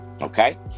Okay